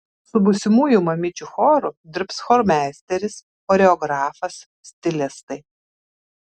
su būsimųjų mamyčių choru dirbs chormeisteris choreografas stilistai